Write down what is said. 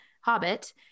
Hobbit